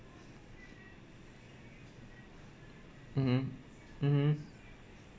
mmhmm mmhmm